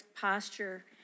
posture